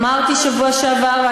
אמרתי בשבוע שעבר,